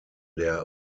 der